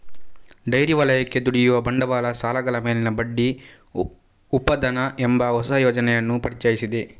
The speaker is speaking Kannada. ಡೈರಿ ವಲಯಕ್ಕೆ ದುಡಿಯುವ ಬಂಡವಾಳ ಸಾಲಗಳ ಮೇಲಿನ ಬಡ್ಡಿ ಉಪಾದಾನ ಎಂಬ ಹೊಸ ಯೋಜನೆಯನ್ನು ಪರಿಚಯಿಸಿದೆ